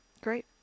Great